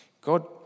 God